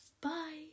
bye